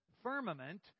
Firmament